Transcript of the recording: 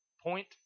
point